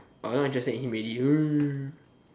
oh you not interested in him already